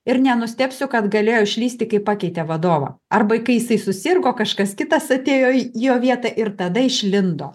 ir nenustebsiu kad galėjo išlįsti kai pakeitė vadovą ar vaikai jisai susirgo kažkas kitas atėjo į jo vietą ir tada išlindo